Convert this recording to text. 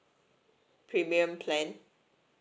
premium plan